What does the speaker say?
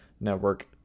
network